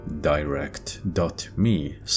direct.me